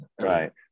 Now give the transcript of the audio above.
Right